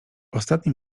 ostatnim